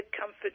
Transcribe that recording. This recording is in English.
comfort